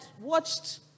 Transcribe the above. watched